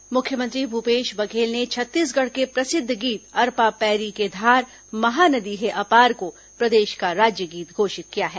राज्यगीत मुख्यमंत्री भूपेश बघेल ने छत्तीसगढ़ के प्रसिद्ध गीत अरपा पैरी के धार महानदी हे अपार को प्रदेश का राज्यगीत घोषित किया है